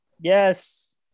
Yes